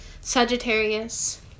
Sagittarius